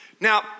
Now